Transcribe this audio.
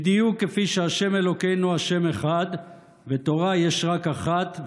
בדיוק כפי שהשם אלוקינו השם אחד ותורה יש רק אחת,